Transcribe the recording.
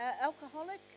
alcoholic